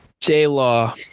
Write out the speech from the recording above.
J-Law